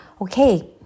Okay